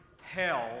hell